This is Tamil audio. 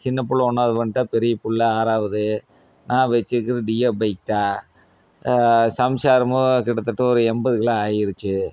சின்ன பிள்ள ஒன்றாவது வந்துட்டா பெரிய பிள்ள ஆறாவது நான் வெச்சுருக்கறது டியோ பைக் தான் சம்சாரமும் கிட்டத்தட்ட ஒரு எண்பது கிலோ ஆயிடுச்சு